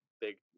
big